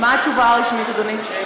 מה התשובה הרשמית, אדוני?